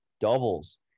doubles